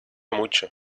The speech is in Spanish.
mucho